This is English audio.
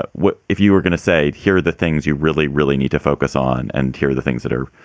ah if you were going to say here are the things you really, really need to focus on and here are the things that are